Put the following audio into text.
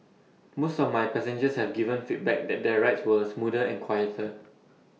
most of my passengers have given feedback that their rides were smoother and quieter